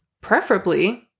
preferably